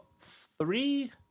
three